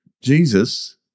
Jesus